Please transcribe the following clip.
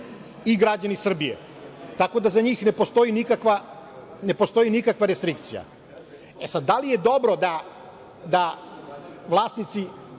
i građani Srbije, tako da za njih ne postoji nikakva restrikcija. Da li je dobro da vlasnici